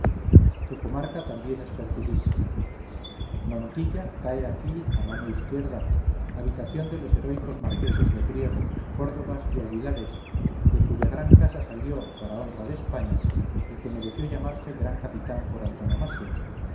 su comarca también es fertilísima montilla cae aquí a mano izquierda habitación de los heroicos marqueses de priego córdovas y aguilares de cuya gran casa salió para honra de españa el que mereció llamarse gran capitán por antonomasia